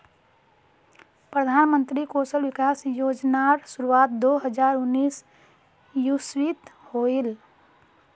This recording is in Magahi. प्रधानमंत्री कौशल विकाश योज्नार शुरुआत दो हज़ार उन्नीस इस्वित होहिल